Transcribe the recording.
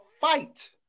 fight